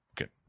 Okay